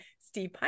Steve